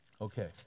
Okay